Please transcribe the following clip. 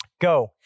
Go